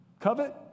covet